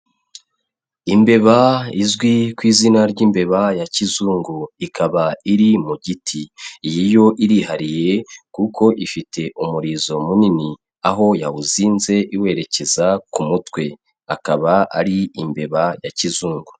Imbeba izwi ku izina ry'imbeba ya kizungu, ikaba iri mu giti, iyi yo irihariye kuko ifite umurizo munini, aho yawuzinze iwerekeza ku mutwe, akaba ari imbeba ya kizungu.